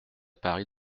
paris